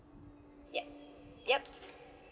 yup yup